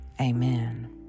Amen